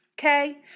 Okay